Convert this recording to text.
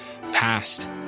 past